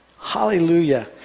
hallelujah